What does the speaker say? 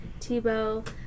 Tebow